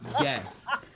yes